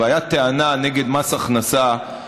והבדיקה הזאת נעשית כעת על ידי גוף אובייקטיבי,